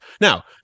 Now